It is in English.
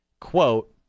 quote